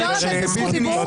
אפשר לתת לי זכות דיבור?